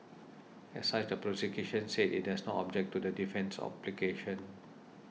as such the prosecution said it does not object to the defence's application